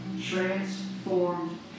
Transformed